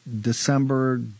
December